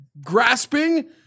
grasping